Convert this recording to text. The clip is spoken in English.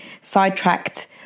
sidetracked